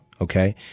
Okay